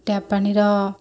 tap ପାଣିର